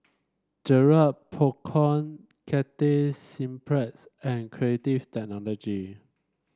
Garrett Popcorn Cathay Cineplex and Creative Technology